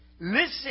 listen